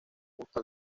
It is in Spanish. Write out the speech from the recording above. justo